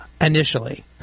initially